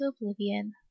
oblivion